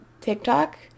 TikTok